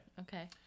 Okay